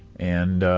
and,